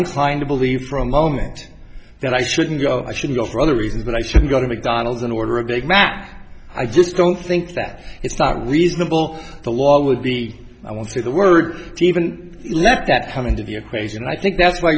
inclined to believe for a moment that i shouldn't go i should go for other reasons but i should go to mcdonald's and order a big mac i just don't think that it's not reasonable the law would be i would say the word to even let that come into the equation i think that's wh